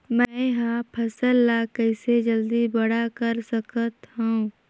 मैं ह फल ला कइसे जल्दी बड़ा कर सकत हव?